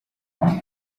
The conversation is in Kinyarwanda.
ibi